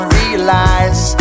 realize